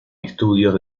estudios